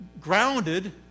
grounded